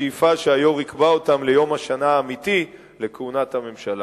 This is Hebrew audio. בשאיפה שהיושב-ראש יקבע אותן ליום השנה האמיתי לכהונת הממשלה.